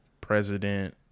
president